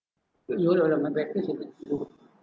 you you are my